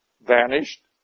vanished